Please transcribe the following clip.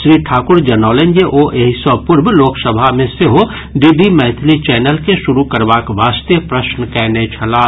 श्री ठाकुर जनौलनि जे ओ एहि सँ पूर्व लोकसभा मे सेहो डीडी मैथिली चैनल के शुरू करबाक वास्ते प्रश्न कएने छलाह